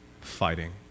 Fighting